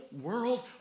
world